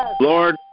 Lord